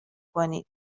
کنید